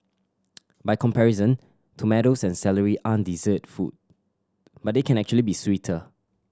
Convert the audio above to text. by comparison tomatoes and celery aren't dessert food but they can actually be sweeter